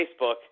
Facebook